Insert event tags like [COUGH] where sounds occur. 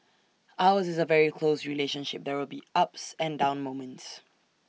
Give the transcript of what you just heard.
ours is A very close relationship there will be ups and [NOISE] down moments